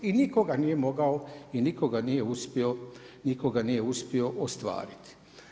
I nitko ga nije mogao i nitko ga nije uspio ostvariti.